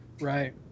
Right